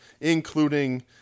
including